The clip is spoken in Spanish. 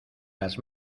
las